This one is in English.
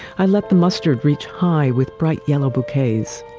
i let the mustard reach high with bright yellow bouquets.